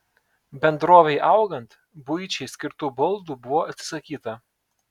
bendrovei augant buičiai skirtų baldų buvo atsisakyta